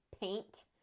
paint